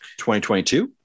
2022